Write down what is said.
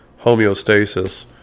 homeostasis